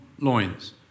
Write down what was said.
loins